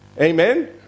amen